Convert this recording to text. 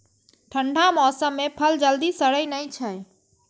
ठंढा मौसम मे फल जल्दी सड़ै नै छै